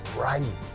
right